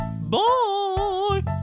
Bye